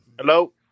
hello